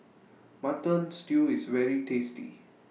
Mutton Stew IS very tasty